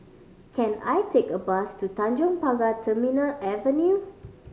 can I take a bus to Tanjong Pagar Terminal Avenue